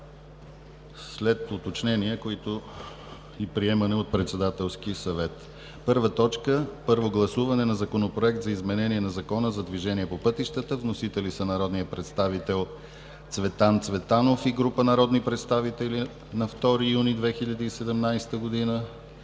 след уточнения и приемане от Председателския съвет: 1. Първо гласуване на Законопроекта за изменение на Закона за движение по пътищата. Вносители: народният представител Цветан Цветанов и група народни представители на 2 юни 2017 г.